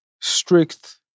strict